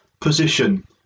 position